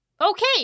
Okay